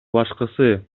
башкысы